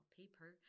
paper